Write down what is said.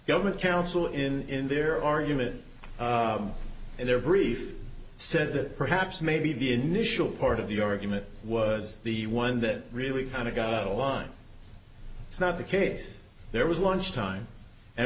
government counsel in their argument in their brief said that perhaps maybe the initial part of the argument was the one that really kind of got a line it's not the case there was lunch time and